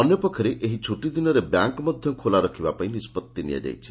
ଅନ୍ୟ ପକ୍ଷରେ ଏହି ଛୁଟି ଦିନରେ ବ୍ୟାଙ୍କ୍ ମଧ ଖୋଲା ରଖିବା ପାଇଁ ନିଷ୍ବଭି ନିଆଯାଇଛି